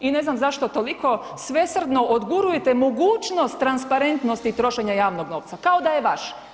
I ne znam zašto toliko svesvrdno odgurujete mogućnost transparentnosti i trošenja javnog novca kao da je vaš.